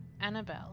Annabelle